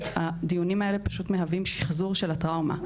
הדיונים האלה פשוט מהווים שחזור של הטראומה,